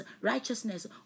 righteousness